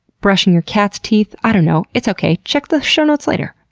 brushing your cat's teeth, i don't know. it's okay, check the show notes later!